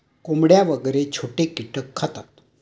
कोंबड्या वगैरे छोटे कीटक खातात